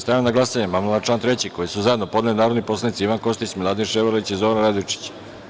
Stavljam na glasanje amandman na član 3. koji su zajedno podneli narodni poslanici Ivan Kostić, Miladin Ševarlić i Zoran Radojičić.